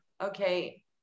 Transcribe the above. okay